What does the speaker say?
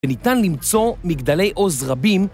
ניתן למצוא מגדלי עוז רבים